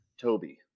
Toby